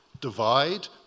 divide